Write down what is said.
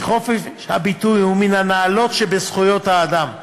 "חופש הביטוי הוא מן הנעלות שבזכויות האדם.